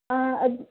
ಅದು